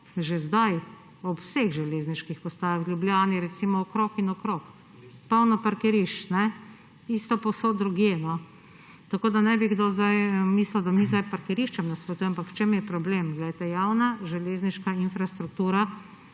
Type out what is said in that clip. že zdaj ob vseh železniških postajah. V Ljubljani, recimo, okrog in okrog, polno parkirišč ‒ kajne? Isto povsod drugje. Tako, da ne bi kdo zdaj mislil, da mi zdaj parkiriščem nasprotujemo – ampak v čem je problem? Glejte, javna železniška infrastruktura